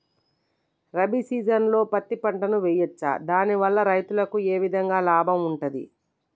రబీ సీజన్లో పత్తి పంటలు వేయచ్చా దాని వల్ల రైతులకు ఏ విధంగా లాభం ఉంటది?